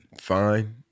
fine